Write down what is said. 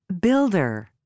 Builder